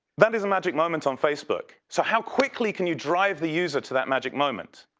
that is a magic moment on facebook. so how quickly can you drive the user to that magic moment.